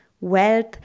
wealth